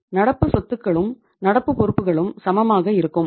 நடப்பு சொத்துக்களும் நடப்பு பொறுப்புகளும் சமமாக இருக்கும்